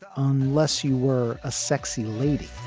unless you were a sexy lady